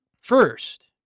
first